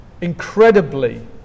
incredibly